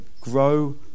grow